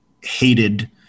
hated